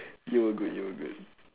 you were good you were good